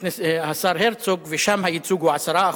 השר הרצוג, ושם הייצוג הוא 10%,